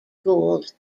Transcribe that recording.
gould